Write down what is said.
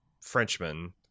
Frenchman